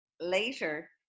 later